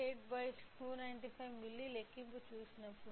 8 295 మిల్లీ లెక్కింపు చేసినప్పుడు